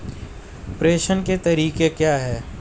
प्रेषण के तरीके क्या हैं?